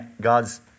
God's